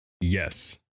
yes